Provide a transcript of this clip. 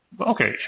Okay